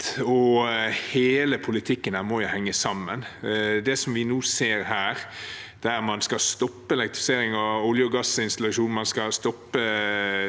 og hele politikken her må henge sammen. Det vi nå ser her, der man skal stoppe elektrifiseringen av olje- og gassinstallasjoner, og man skal stoppe